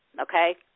okay